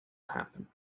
happen